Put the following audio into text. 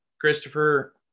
Christopher